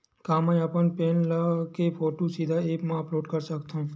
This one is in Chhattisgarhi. का मैं अपन पैन के फोटू सीधा ऐप मा अपलोड कर सकथव?